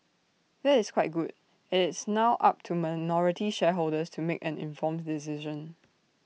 that is quite good IT is now up to minority shareholders to make an informed decision